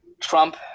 Trump